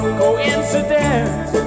coincidence